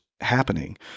happening